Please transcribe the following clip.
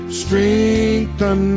strengthen